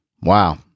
wow